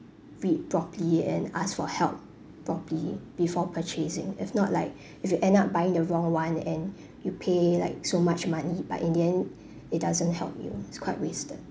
read properly and ask for help properly before purchasing if not like if you end up buying the wrong one and you pay like so much money but in the end it doesn't help you it's quite wasted